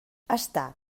està